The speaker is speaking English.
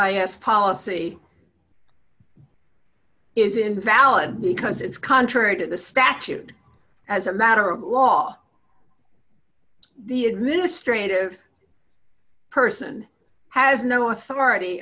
i policy is invalid because it's contrary to the statute as a matter of law the administrative person has no authority